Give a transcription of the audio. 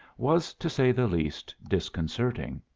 was, to say the least, disconcerting.